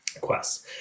quests